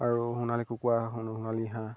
আৰু সোণালী কুকুৰা সোণালী হাঁহ